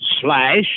slash